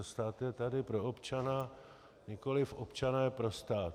Stát je tady pro občana, nikoliv občané pro stát.